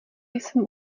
jsem